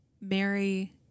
Mary